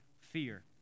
fear